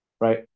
right